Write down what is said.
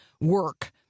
work